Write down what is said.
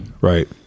Right